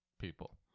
people